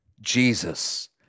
Jesus